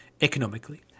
economically